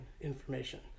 information